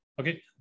Okay